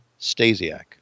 Stasiak